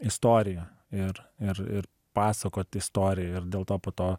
istorija ir ir ir pasakot istoriją ir dėl to po to